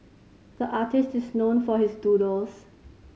the artist is known for his doodles